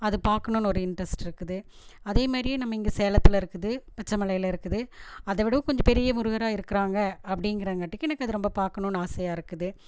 அது பார்க்கணும்னு ஒரு இன்ட்ரெஸ்ட் இருக்குது அதேமாதிரியே நம்ம இங்கே சேலத்தில் இருக்குது பச்சமலையில் இருக்குது அதை விட கொஞ்சம் பெரிய முருகராக இருக்கிறாங்க அப்படிங்கிறங்காட்டிக்கி எனக்கு அது ரொம்ப பார்க்கணும்னு ஆசையாக இருக்குது